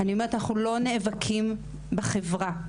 אנחנו לא נאבקים בחברה,